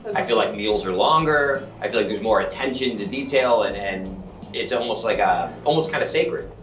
and i feel like meals are longer. i feel like there's more attention to detail and and it's almost like ah almost kind of sacred.